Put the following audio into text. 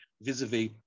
vis-a-vis